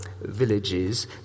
villages